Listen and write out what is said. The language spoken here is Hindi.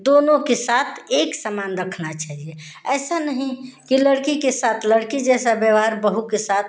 दोनों के साथ एकसमान रखना चाहिए ऐसा नहीं कि लड़की के साथ लड़की जैसा व्यवहार बहू के साथ